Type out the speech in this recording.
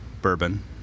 bourbon